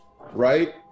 right